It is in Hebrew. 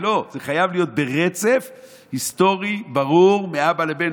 לא, זה חייב להיות ברצף היסטורי ברור, מאבא לבן.